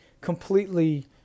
completely